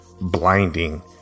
blinding